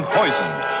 poisoned